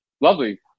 lovely